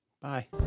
Bye